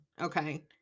Okay